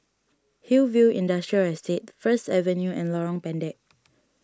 Hillview Industrial Estate First Avenue and Lorong Pendek